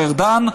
השר ארדן,